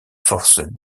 forces